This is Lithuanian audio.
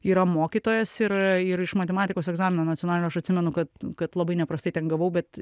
yra mokytojas ir ir iš matematikos egzamino nacionalinio aš atsimenu kad kad labai neprastai ten gavau bet